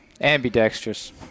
Ambidextrous